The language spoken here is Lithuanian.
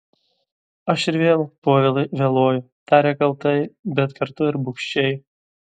aš ir vėl povilai vėluoju tarė kaltai bet kartu ir bugščiai